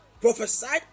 prophesied